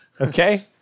Okay